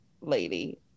lady